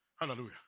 Hallelujah